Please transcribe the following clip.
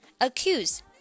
Accuse